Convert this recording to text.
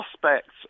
prospects